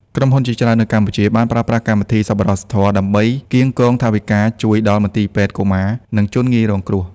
ក្រុមហ៊ុនជាច្រើននៅកម្ពុជាបានប្រើប្រាស់កម្មវិធី សប្បុរសធម៌ ដើម្បីកៀងគរថវិកាជួយដល់មន្ទីរពេទ្យកុមារ និងជនងាយរងគ្រោះ។